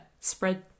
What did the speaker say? spread